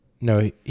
No